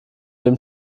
dem